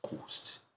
coast